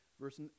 Verse